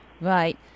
right